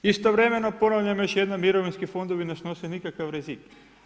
Istovremeno ponavljam još jednom mirovinski fondovi ne snose nikakav rizik.